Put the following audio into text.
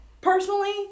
Personally